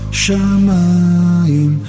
Shamaim